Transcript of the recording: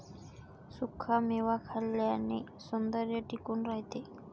सुखा मेवा खाल्ल्याने सौंदर्य टिकून राहते